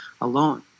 alone